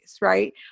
Right